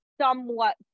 somewhat